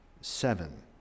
seven